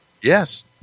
Yes